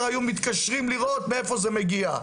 היו מתקשרים לראות מאיפה זה מגיע.